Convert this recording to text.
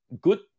good